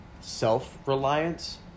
self-reliance